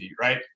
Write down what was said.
right